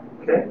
Okay